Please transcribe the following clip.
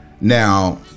Now